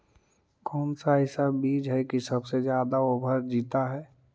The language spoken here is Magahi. कौन सा ऐसा बीज है की सबसे ज्यादा ओवर जीता है?